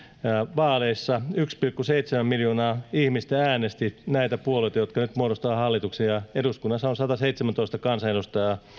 vaaleissa yksi pilkku seitsemän miljoonaa ihmistä äänesti näitä puolueita jotka nyt muodostavat hallituksen ja eduskunnassa on sataseitsemäntoista kansanedustajaa